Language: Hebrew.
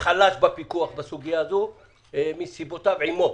חלש בפיקוח בסוגיה הזו וסיבותיו עמו.